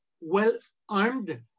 well-armed